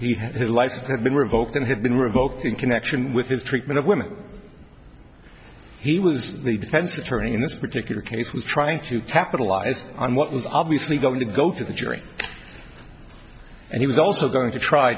he his life had been revoked and had been revoked in connection with his treatment of women he was the defense attorney in this particular case was trying to capitalize on what was obviously going to go through the jury and he was also going t